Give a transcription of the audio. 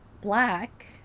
Black